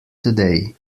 today